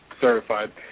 certified